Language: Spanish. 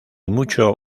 mucho